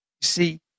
see